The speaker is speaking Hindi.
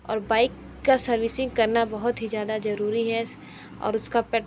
और बाइक की सर्विसिंग करना बहुत ही ज़्यादा ज़रूरी है और उसका पेट